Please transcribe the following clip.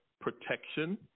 protection